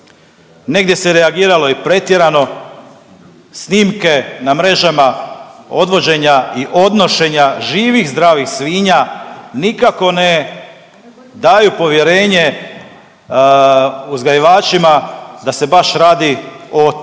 negdje se reagiralo i pretjerano, snimke na mrežama odvođenja i odnošenja živih zdravih svinja nikako ne daju povjerenje uzgajivačima da se baš radi o dobrom